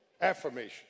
Affirmation